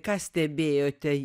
ką stebėjote